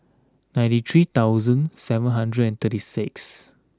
ninety three thousand seven hundred and thirty six